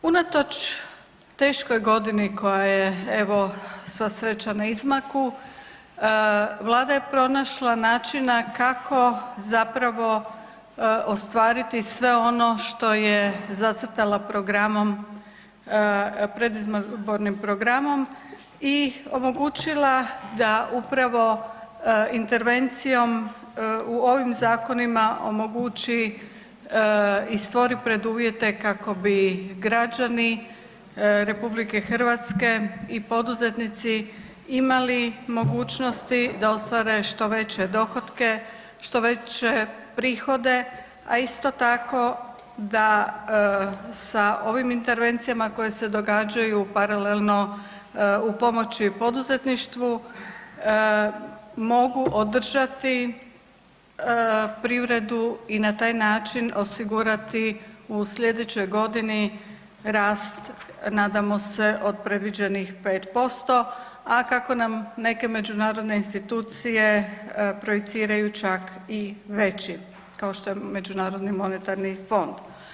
Unatoč teškoj godini koja je evo sva sreća na izmaku, Vlada je pronašla načina kako ostvariti sve ono što je zacrtala predizbornim programom i omogućila da upravo intervencijom u ovim zakonima omogući i stvori preduvjete kako bi građani RH i poduzetnici imali mogućnosti da ostvare što veće dohotke, što veće prihode, a isto tako da sa ovim intervencijama koje se događaju paralelno u pomoći poduzetništvu mogu održati privredu i na taj način osigurati u sljedećoj godini rast nadamo se od predviđenih 5%, a kako nam neke međunarodne institucije projiciraju čak i veći kao što je MMF.